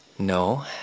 no